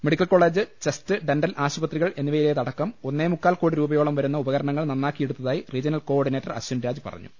medical college chest dental ആശുപത്രികൾ എന്നിവയിലേതടക്കം ഒന്നേമുക്കാൽ കോടി രൂപയോളം വരുന്ന ഉപകരണങ്ങൾ നന്നാക്കിയെടുത്തതായി റീജ്യണൽ കോ ഓർഡിനേറ്റർ അശ്വിൻരാജ് പറഞ്ഞു